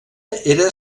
era